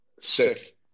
Sick